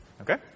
Okay